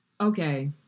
okay